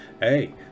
Hey